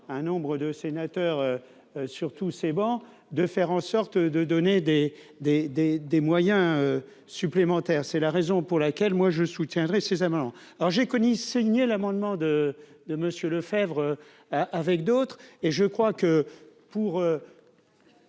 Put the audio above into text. un nombre de sénateurs sur tous ces bancs de faire en sorte de donner des, des, des, des moyens supplémentaires, c'est la raison pour laquelle moi je soutiendrai ces amendements, alors j'ai connu signé l'amendement de de Monsieur Lefebvre avec d'autres et je crois que pour